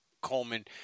Coleman